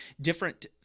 different